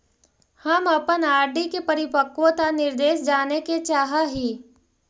हम अपन आर.डी के परिपक्वता निर्देश जाने के चाह ही